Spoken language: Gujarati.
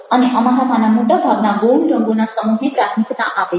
અને અમારામાંના મોટા ભાગના ગૌણ રંગોના સમૂહને પ્રાથમિકતા આપે છે